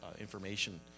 information